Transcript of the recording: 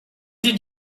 did